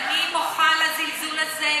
אני מוחה על הזלזול הזה,